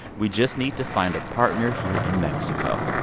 we just need to find a partner here in mexico.